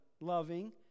loving